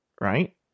right